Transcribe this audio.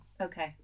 okay